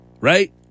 Right